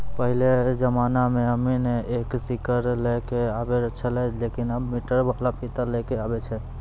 पहेलो जमाना मॅ अमीन एक सीकड़ लै क आबै छेलै लेकिन आबॅ मीटर वाला फीता लै कॅ आबै छै